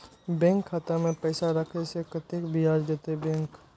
Bank खाता में पैसा राखे से कतेक ब्याज देते बैंक?